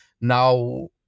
Now